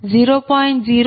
2832 ZBUSNEWj0